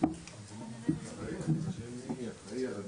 טוב אני אעבור אז ליואל רז,